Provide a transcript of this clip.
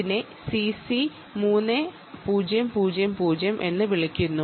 ഇതിനെ CC 3000 എന്ന് വിളിക്കുന്നു